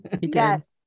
Yes